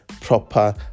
proper